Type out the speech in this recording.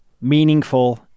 meaningful